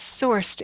sourced